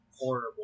horrible